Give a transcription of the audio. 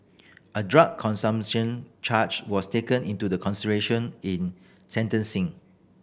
a drug consumption charge was taken into the consideration in sentencing